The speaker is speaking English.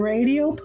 Radio